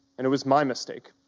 and it was my mistake,